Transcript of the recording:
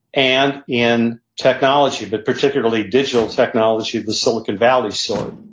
and in technology, but particularly digital technology of the silicon valley sort.